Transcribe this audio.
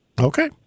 Okay